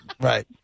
Right